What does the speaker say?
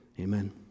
Amen